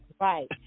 right